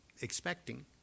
expecting